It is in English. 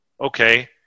okay